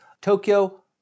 Tokyo